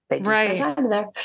right